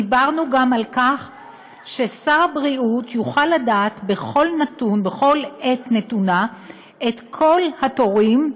דיברנו גם על כך ששר הבריאות יוכל לדעת בכל עת את כל התורים,